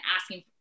asking